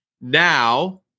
now